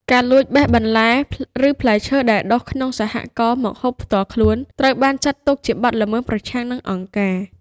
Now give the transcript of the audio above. ការលួចបេះបន្លែ ឬផ្លែឈើដែលដុះក្នុងសហករណ៍មកហូបផ្ទាល់ខ្លួន ត្រូវបានចាត់ទុកជាបទល្មើសប្រឆាំងនឹងអង្គការ។